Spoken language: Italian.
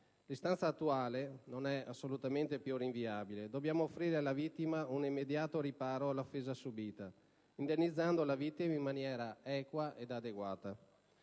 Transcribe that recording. L'istanza attuale non è più assolutamente rinviabile; dobbiamo offrire alla vittima un immediato riparo all'offesa subita, indennizzandola in maniera equa ed adeguata.